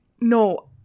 no